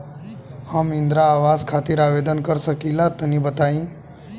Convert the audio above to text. हम इंद्रा आवास खातिर आवेदन कर सकिला तनि बताई?